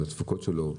על התפוקות שלו,